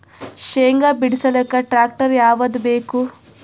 ಶೇಂಗಾ ಬಿಡಸಲಕ್ಕ ಟ್ಟ್ರ್ಯಾಕ್ಟರ್ ಯಾವದ ಬೇಕು?